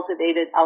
cultivated